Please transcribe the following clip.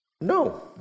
No